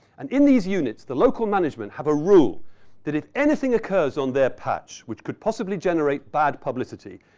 and in these units, the local management have a rule that if anything occurs on their patch which could possibly generate bad publicity,